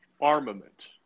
armament